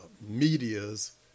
media's